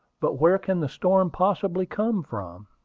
but where can the storm possibly come from?